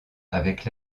avec